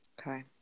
Okay